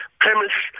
premise